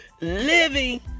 living